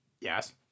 Yes